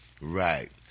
Right